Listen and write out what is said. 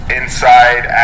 inside